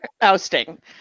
Ousting